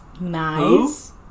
Nice